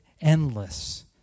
endless